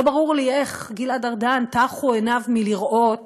לא ברור לי איך גלעד ארדן, טחו עיניו מראות